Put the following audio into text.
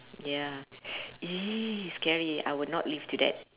ya !ee! scary I would not live to that